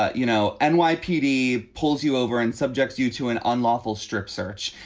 ah you know, and nypd pulls you over and subjects you to an unlawful strip search.